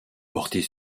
porter